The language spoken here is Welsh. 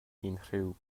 unrhyw